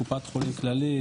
קופת חולים כללית,